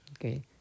okay